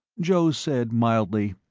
joe said mildly,